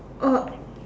oh